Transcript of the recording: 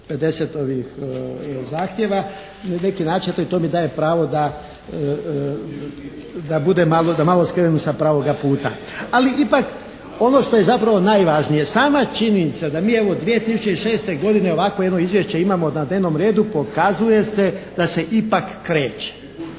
50 zahtjeva. Na neki način eto to mi daje pravo da budem, da malo skrenem sa pravoga puta. Ali ipak ono što je zapravo najvažnije sama činjenica da mi evo 2006. godine ovakvo jedno Izvješće imamo na dnevnom redu pokazuje se da se ipak kreće,